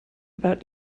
about